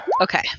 Okay